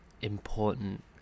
important